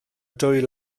dwy